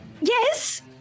Yes